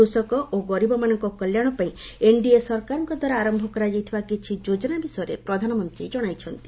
କୃଷକ ଓ ଗରିବମାନଙ୍କ କଲ୍ୟାଣ ପାଇଁ ଏନଡିଏ ସରକାରଙ୍କ ଦ୍ୱାରା ଆରମ୍ଭ କରାଯାଇଥିବା କିଛି ଯୋଜନା ବିଷୟରେ ପ୍ରଧାନମନ୍ତ୍ରୀ ଜଣାଇଛନ୍ତି